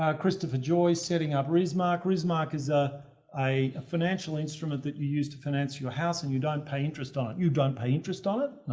um christopher joy, setting up rismark. rismark is, ah a financial instrument that you use to finance your house and you don't pay interest on it. you don't pay interest on it?